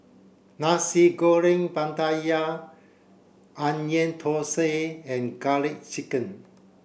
Nasi Goreng Pattaya Onion Thosai and garlic chicken